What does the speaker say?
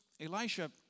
Elisha